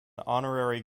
honorary